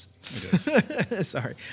Sorry